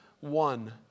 one